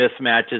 mismatches